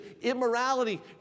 immorality